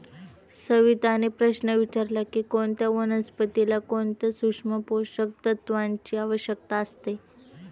सविताने प्रश्न विचारला की कोणत्या वनस्पतीला कोणत्या सूक्ष्म पोषक तत्वांची आवश्यकता असते?